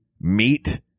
meat